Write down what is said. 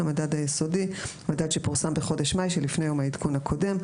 "המדד היסודי" מדד שפורסם בחודש מאי שלפני יום העדכון הקודם.